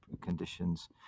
conditions